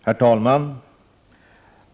Herr talman!